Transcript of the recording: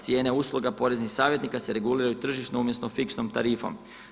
Cijene usluga poreznih savjetnika se reguliraju tržišnom umjesto fiksnom tarifom.